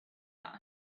that